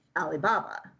Alibaba